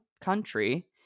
country